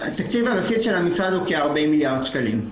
התקציב של המשרד הוא כ-40 מיליארד שקלים.